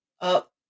up